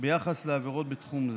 ביחס לעבירות בתחום זה.